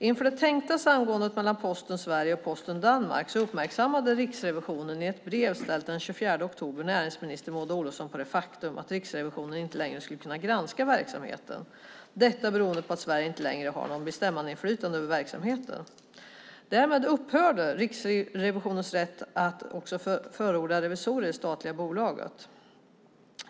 Inför det tänkta samgåendet mellan Posten i Sverige och Post Danmark uppmärksammade Riksrevisionen, i ett brev daterat den 24 oktober, näringsminister Maud Olofsson på det faktum att Riksrevisionen inte längre skulle kunna granska verksamheten, detta beroende på att Sverige inte längre skulle ha något bestämmandeinflytande över verksamheten. Därmed upphörde Riksrevisionens rätt att också förorda revisorer i det statliga bolaget.